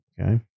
Okay